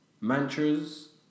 Mantras